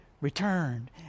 returned